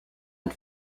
and